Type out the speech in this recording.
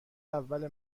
اول